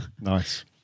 Nice